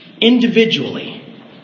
Individually